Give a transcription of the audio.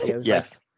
Yes